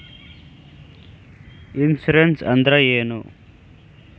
Insurance ಅಂದ್ರ ಏನು?